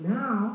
now